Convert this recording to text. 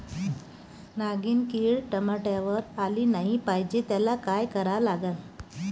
नागिन किड टमाट्यावर आली नाही पाहिजे त्याले काय करा लागन?